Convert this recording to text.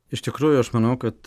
iš tikrųjų aš manau kad